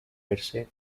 verse